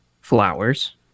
Flowers